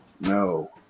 No